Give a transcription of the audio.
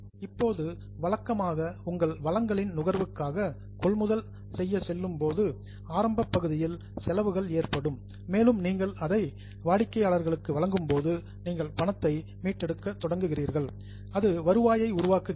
இப்போது வழக்கமாக உங்கள் வளங்களின் நுகர்வுக்காக கொள்முதல் செய்ய செல்லும் போது ஆரம்பப் பகுதியில் செலவுகள் ஏற்படும் மேலும் நீங்கள் அதை வாடிக்கையாளர்களுக்கு வழங்கும் போது நீங்கள் பணத்தை மீட்டெடுக்க தொடங்குகிறீர்கள் அது வருவாயை உருவாக்குகிறது